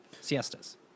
Siestas